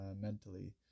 mentally